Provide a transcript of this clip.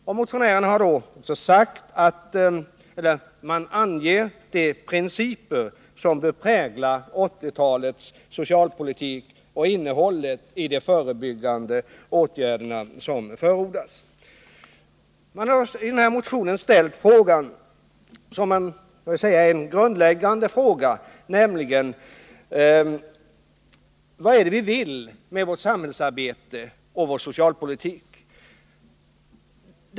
Men motionärerna anger också de principer som bör prägla 1980-talets socialpolitik och innehållet i de förebyggande åtgärder som förordas. I motionen ställs en grundläggande fråga, nämligen denna: Vad är det som vi vill med vårt samhällsarbete och vår socialpolitik?